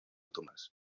tomás